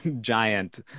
giant